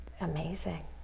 amazing